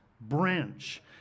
branch